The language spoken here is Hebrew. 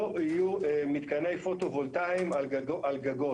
לא יהיו מתקני פוטו וולטאים על גגות.